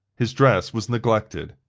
his dress was neglected,